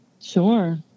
Sure